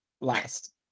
last